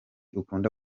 ukunda